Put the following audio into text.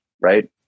right